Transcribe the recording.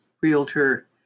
realtor